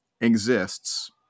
exists